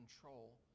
control